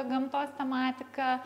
gamtos tematika